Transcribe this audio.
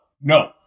no